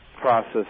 process